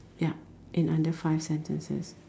ya in under five sentences